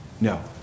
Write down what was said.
No